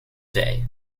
day